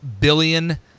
billion